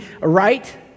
right